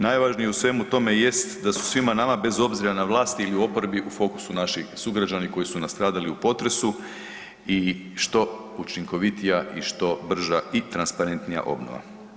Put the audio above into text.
Najvažnije u svemu tome jest da su svima nama bez obzira na vlasti ili u oporbi u fokusu naši sugrađani koji su nastradali u potresu i što učinkovitija i što brža i transparentnije obnova.